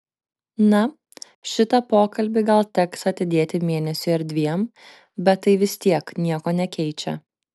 na šitą pokalbį gal teks atidėti mėnesiui ar dviem bet tai vis tiek nieko nekeičia